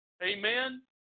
Amen